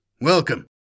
Welcome